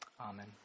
amen